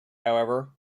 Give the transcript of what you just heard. however